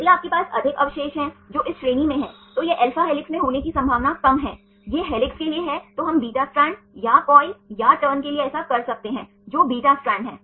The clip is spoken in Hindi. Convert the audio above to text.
यदि आपके पास अधिक अवशेष हैं जो इस श्रेणी में हैं तो यह alpha हेलिक्स में होने की संभावना कम है यह हेलिक्स के लिए है तो हम beta स्ट्रैंड या कॉइल या टर्न के लिए ऐसा कर सकते हैं जो beta स्ट्रैंड है